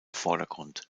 vordergrund